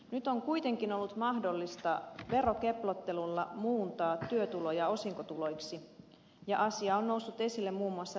nyt on kuitenkin ollut mahdollista verokeplottelulla muuntaa työtuloja osinkotuloiksi ja asia on noussut esille muun muassa lääkärifirmoissa